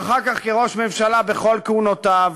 ואחר כך כראש ממשלה בכל כהונותיו,